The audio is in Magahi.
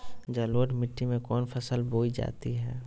जलोढ़ मिट्टी में कौन फसल बोई जाती हैं?